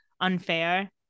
unfair